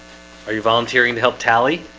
are you volunteering to help tally?